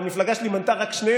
לראש המפלגה שלי בצלאל סמוטריץ',